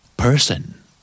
Person